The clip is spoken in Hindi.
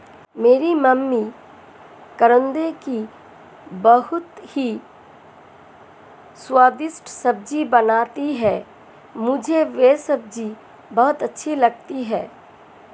मेरी मम्मी करौंदे की बहुत ही स्वादिष्ट सब्जी बनाती हैं मुझे यह सब्जी बहुत अच्छी लगती है